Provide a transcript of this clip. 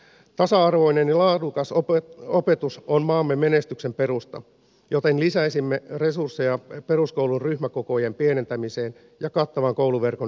tasa arvoinen ja laadukas opetus on maamme menestyksen perusta joten lisäisimme resursseja peruskoulun ryhmäkokojen pienentämiseen ja kattavan kouluverkon ylläpitoon